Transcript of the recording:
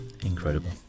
incredible